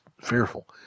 fearful